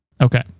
Okay